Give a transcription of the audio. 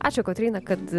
ačiū kotryna kad